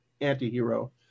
anti-hero